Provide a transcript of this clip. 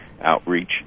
outreach